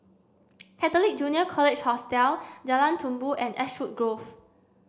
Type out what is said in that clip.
Catholic Junior College Hostel Jalan Tumpu and Ashwood Grove